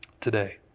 today